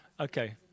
Okay